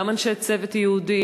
גם אנשי צוות יהודים,